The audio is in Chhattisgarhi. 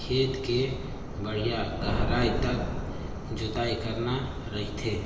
खेत के बड़िहा गहराई तक जोतई करना रहिथे